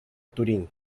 turín